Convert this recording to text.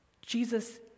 Jesus